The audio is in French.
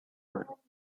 points